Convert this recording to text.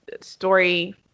story